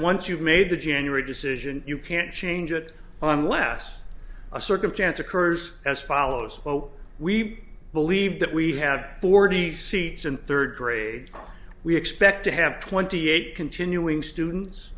once you've made the january decision you can't change it on less a circumstance occurs as follows we believe that we have forty five seats in third grade we expect to have twenty eight continuing students